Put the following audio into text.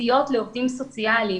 לתשתיות לעובדים סוציאליים.